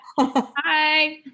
Hi